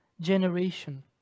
generation